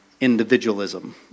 individualism